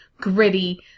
gritty